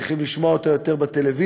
צריך לשמוע אותה יותר בטלוויזיה,